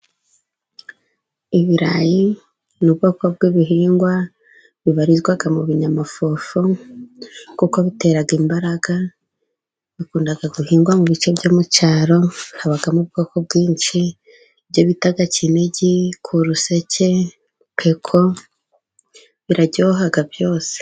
Ibirayi ni ubwoko bw'ibihingwa bibarizwa mu binyamafufu kuko bitera imbaraga, bikunda guhingwa mu bice byo mu cyaro, habamo ubwoko bwinshi ibyo bita Kinigi, Kuruseke, Peko biraryoha byose.